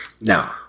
Now